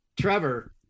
Trevor